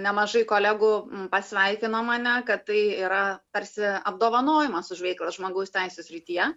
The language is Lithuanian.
nemažai kolegų pasveikino mane kad tai yra tarsi apdovanojimas už veiklą žmogaus teisių srityje